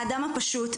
האדם הפשוט,